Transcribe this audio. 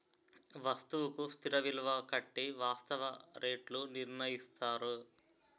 వస్తువుకు స్థిర విలువ కట్టి వాస్తవ రేట్లు నిర్ణయిస్తారు